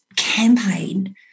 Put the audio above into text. Campaign